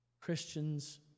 Christians